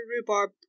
rhubarb